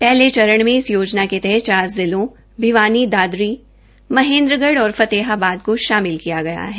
पहले चरण में इस योजना के तहत चार जिलों भिवानी दादरी महेंद्रगढ़ और फतेहाबाद को शामिल किया गया है